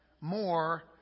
more